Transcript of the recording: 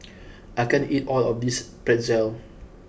I can't eat all of this Pretzel